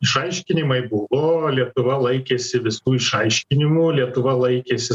išaiškinimai buvo lietuva laikėsi visų išaiškinimų lietuva laikėsi